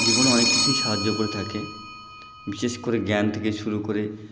জীবনে অনেক কিছুই সাহায্য করে থাকে বিশেষ করে জ্ঞান থেকে শুরু করে